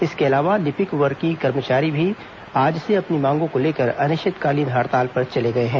इसके अलावा लिपिक वर्गीय कर्मचारी भी आज से अपनी मांगों को लेकर अनिश्चितकालीन हड़ताल पर चले गए हैं